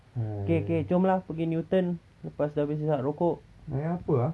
okay okay jom lah pergi newton lepas dah habis hisap rokok